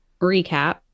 recap